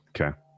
Okay